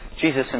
Jesus